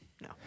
No